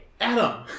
Adam